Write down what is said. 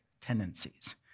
tendencies